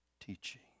teaching